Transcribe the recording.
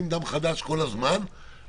דווקא כשאתה מגביל את זה,